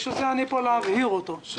בשביל זה אני פה, להבהיר אותו.